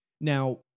Now